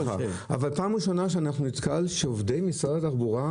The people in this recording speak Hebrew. פעם ראשונה שאני נתקל במצב שעובדי משרד התחבורה,